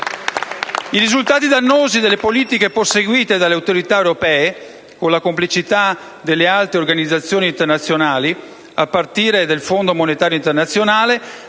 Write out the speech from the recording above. I risultati dannosi delle politiche perseguite dalle autorità europee, con la complicità delle altre organizzazioni internazionali, a partire dal Fondo monetario internazionale,